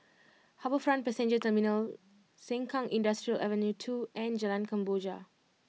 HarbourFront Passenger Terminal Sengkang Industrial Ave Two and Jalan Kemboja